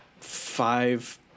five –